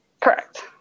Correct